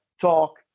talk